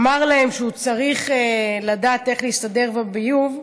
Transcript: אמר להם שהוא צריך לדעת איך להסתדר בביוב,